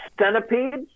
centipedes